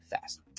fast